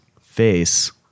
face